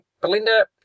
Belinda